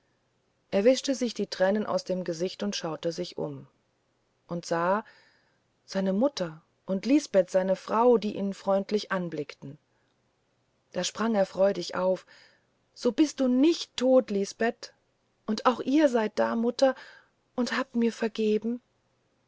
er wischte sich die tränen aus den augen und schaute sich um und sah seine mutter und lisbeth seine frau die ihn freundlich anblickten da sprang er freudig auf so bist du nicht tot lisbeth und auch ihr seid da mutter und habt mir vergeben